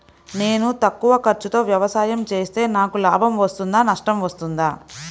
నేను తక్కువ ఖర్చుతో వ్యవసాయం చేస్తే నాకు లాభం వస్తుందా నష్టం వస్తుందా?